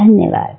धन्यवाद